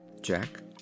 Jack